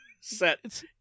set